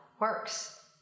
works